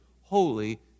Holy